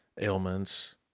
ailments